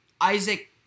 Isaac